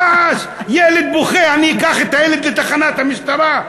רעש, ילד בוכה, אני אקח את הילד לתחנת המשטרה.